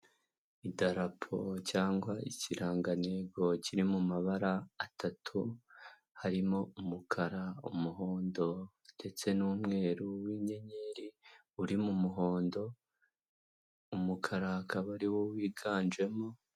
Idarapo cyangwa ikirangantego kiri mu mabara atatu harimo umukara, umuhondo ndetse n'umweru w'inyenyeri uri mu muhondo, umukara akaba ari wo wiganjemo.